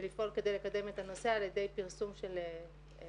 לפעול כדי לקדם את הנושא על ידי פרסום של קולות